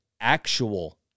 actual